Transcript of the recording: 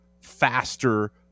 faster